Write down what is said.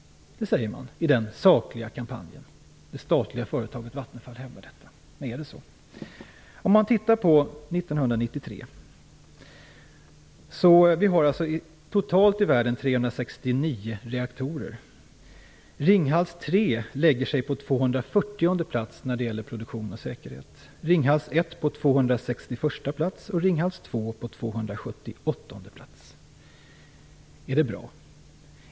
Detta säger man i den sakliga kampanjen. Det statliga företaget Vattenfall hävdar detta, och då är det väl så. I världen finns det totalt 369 reaktorer. År 1993 låg Ringhals 3 på plats 240 när det gäller produktion och säkerhet, Ringhals 1 på plats 261 och Ringhals 2 på plats 278. Är det bra?